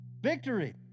victory